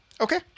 Okay